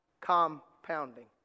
compounding